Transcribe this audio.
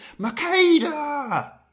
Makeda